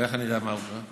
ואיך אני אדע מה הוא פירט?